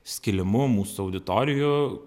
skilimu mūsų auditorijų